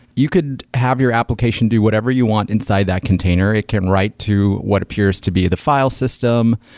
you couldn't have your application do whatever you want inside that container. it can write to what appears to be the file system.